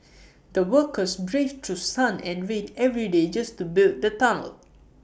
the workers braved through sun and rain every day just to build the tunnel